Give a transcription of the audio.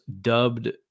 dubbed